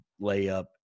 layup